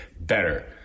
better